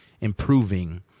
improving